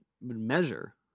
measure